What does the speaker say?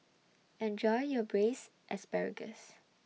Enjoy your Braised Asparagus